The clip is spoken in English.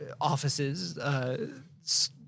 offices